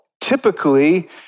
Typically